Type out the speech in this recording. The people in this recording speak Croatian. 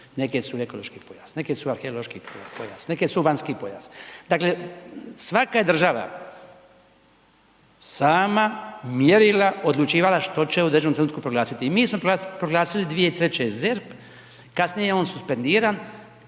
neke su ekološki pojas, neke su arheološki pojas, neke su vanjski pojas. Dakle svaka je država sama mjerila, odlučivala što će u određenom trenutku proglasiti. Mi smo proglasili 2003. ZERP, kasnije je on suspendiran